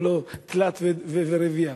אם לא תלת ורביע.